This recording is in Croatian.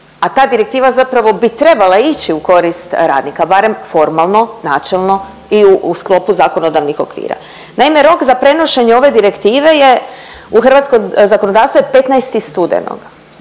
a ta direktiva zapravo bi trebala ići u korist radnika. Barem formalno, načelno i u sklopu zakonodavnih okvira. Naime rok za prenošenje ove direktive je u hrvatskom zakonodavstvu je 15. studenoga.